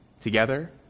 together